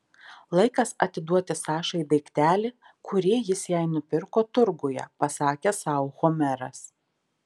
laikas atiduoti sašai daiktelį kurį jis jai nupirko turguje pasakė sau homeras